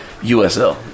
USL